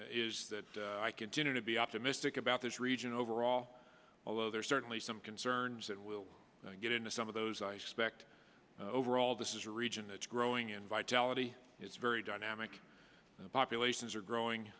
is that i continue to be optimistic about this region overall although there are certainly some concerns that we'll get into some of those i suspect overall this is a region that's growing in vitality it's very dynamic populations are growing